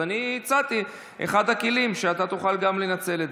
אז אני הצעתי את אחד הכלים שתוכל לנצל.